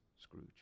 Scrooge